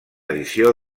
edició